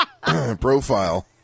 profile